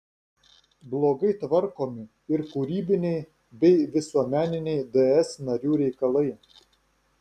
blogai tvarkomi ir kūrybiniai bei visuomeniniai ds narių reikalai